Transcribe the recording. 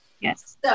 Yes